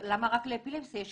למה רק לאפילפסיה?